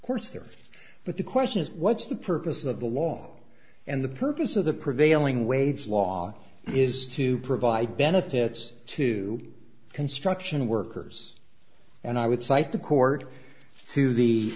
course there but the question is what's the purpose of the law and the purpose of the prevailing wage law is to provide benefits to construction workers and i would cite the court to the